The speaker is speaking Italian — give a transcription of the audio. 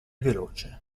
veloce